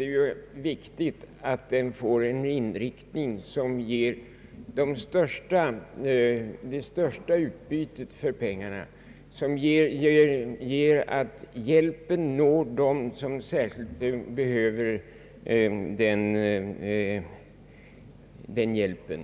är det viktigt att den får en inriktning, som ger största utbytet för pengarna, dvs. hjälpen måste nå dem som särskilt behöver den.